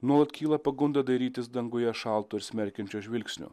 nuolat kyla pagunda dairytis danguje šalto ir smerkiančio žvilgsnio